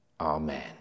Amen